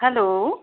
hello